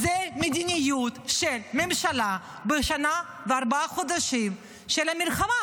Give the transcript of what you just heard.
זו המדיניות של ממשלה בשנה וארבעה חודשים של המלחמה.